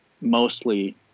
mostly